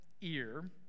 ear